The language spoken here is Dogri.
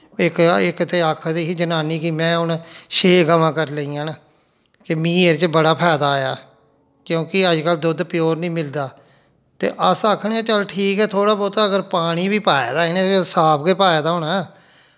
इक इक ते आक्खा दी ही जन्नानी कि में हून छे गवां करी लेइयां न कि मीं एह्दे च बड़ा फायदा आया ऐ क्योंकि अजकल्ल दुद्ध प्योर निं मिलदा ते अस आखने चल ठीक ऐ थोह्ड़ा बौह्ता अगर पानी बी पाएदा इ'नें साफ गै पाए दा होना ऐ